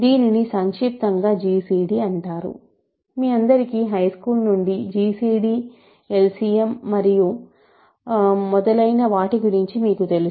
దీనిని సంక్షిప్తంగా జిసిడి అంటారు మీ అందరికీ హైస్కూల్ నుండి జిసిడి ఎల్సిఎం మరియు మొదలైన వాటి గురించి మీకు తెలుసు